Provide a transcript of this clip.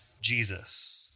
Jesus